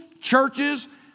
churches